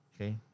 Okay